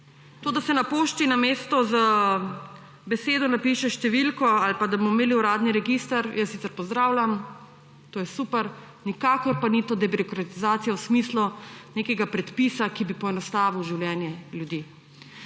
To, da se na pošti namesto z besedo napiše številko ali pa da bomo imeli uradni register, jaz sicer pozdravljam, to je super, nikakor pa ni to debirokratizacija v smislu nekega predpisa, ki bi poenostavil življenje ljudi.